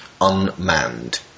Unmanned